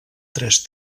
tres